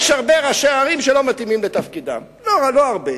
יש הרבה ראשי ערים שלא מתאימים לתפקידם, לא הרבה.